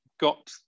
got